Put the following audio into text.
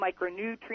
micronutrients